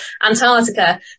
Antarctica